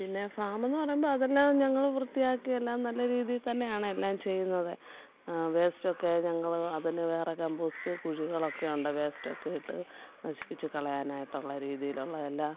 പിന്നെ ഫാമെന്ന് പറയുമ്പോള് അതെല്ലാം ഞങ്ങള് വൃത്തിയാക്കി എല്ലാം നല്ല രീതീ തന്നെയാണ് എല്ലാം ചെയ്യുന്നത് വേസ്റ്റൊക്കെ ഞങ്ങള് അതിന് വേറെ കമ്പോസ്റ്റ് കുഴികളൊക്കെ ഉണ്ട് വേസ്റ്റൊക്കെ ഇട്ട് നശിപ്പിച്ച് കളയാനായിട്ടുള്ള രീതിയിലുള്ളതെല്ലാ